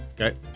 Okay